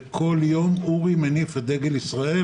וכל יום אורי מניף את דגל ישראל.